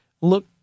look